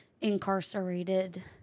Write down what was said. incarcerated